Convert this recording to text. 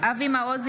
אבי מעוז,